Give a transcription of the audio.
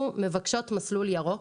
אנחנו מבקשות מסלול ירוק.